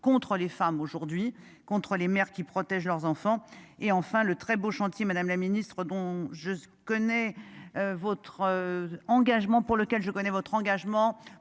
contre les femmes aujourd'hui contre les maires qui protègent leurs enfants et enfin le très beau chantier Madame la Ministre dont je connais. Votre engagement pour lequel je connais votre engagement